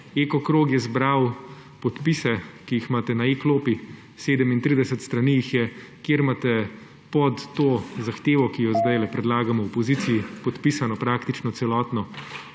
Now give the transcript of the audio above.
Eko krog je zbral podpise, ki jih imate na e-klopi, 37 strani jih je, kjer imate pod to zahtevo, ki jo zdajle predlagamo v opoziciji, podpisano praktično celotno